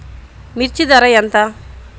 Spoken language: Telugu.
మిర్చి ధర ఎంత?